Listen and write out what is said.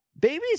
Babies